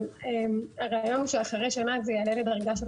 אבל הרעיון הוא שאחרי שנה זה יעלה לדרגה של